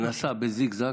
שנסע בזיג-זג.